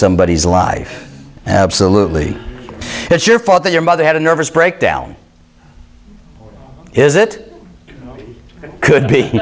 somebodies life salut lee it's your fault that your mother had a nervous breakdown is it could be